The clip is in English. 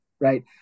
right